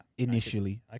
Initially